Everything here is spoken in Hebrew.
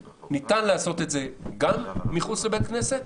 זה גם מחוץ לבית כנסת,